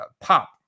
pop